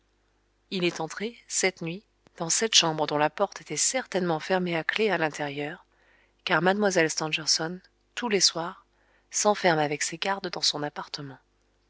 il est entré cette nuit dans cette chambre dont la porte était certainement fermée à clef à l'intérieur car mlle stangerson tous les soirs s'enferme avec ses gardes dans son appartement